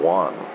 one